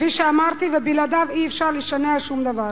כפי שאמרתי, ובלעדיו אי-אפשר לשנע שום דבר.